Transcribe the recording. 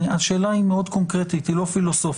השאלה היא מאוד קונקרטית, היא לא פילוסופית.